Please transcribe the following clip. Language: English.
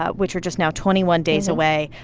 ah which are just now twenty one days away.